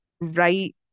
right